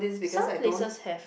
some places have